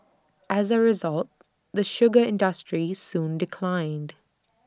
as A result the sugar industry soon declined